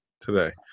today